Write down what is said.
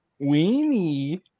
Weenie